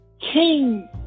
King